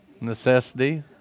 Necessity